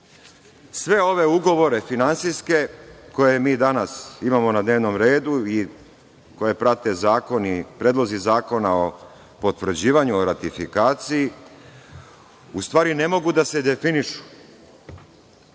sve ove ugovore finansijske, koje mi danas imamo na dnevnom redu i koje prate zakoni, predlozi zakona o potvrđivanju, o ratifikaciji, u stvari ne mogu da se definišu. Evo,